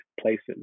places